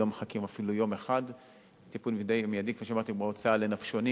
לא מחכים אפילו יום אחד בהוצאה לנופשונים